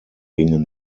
gingen